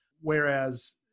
Whereas